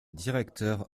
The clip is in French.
directeur